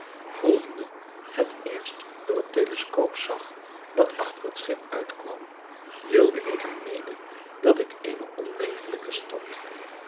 volgende het eerst door het teleskoop zag dat achter het schip uitkwam deelde ik haar mede dat ik eene onmetelijke stad